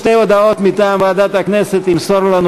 שתי הודעות מטעם ועדת הכנסת ימסור לנו